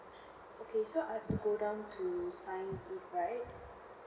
okay so I have to go down to sign it right